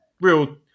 real